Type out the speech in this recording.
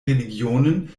religionen